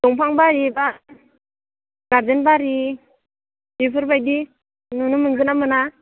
दंफा बारि बा गार्डेन बारि बेफोरबायदि नुनो मोनगोन ना मोना